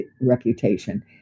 reputation